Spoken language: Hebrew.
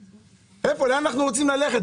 לאן אנחנו רוצים ללכת?